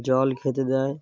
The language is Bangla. জল খেতে দেয়